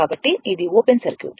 కాబట్టి ఇది open circuit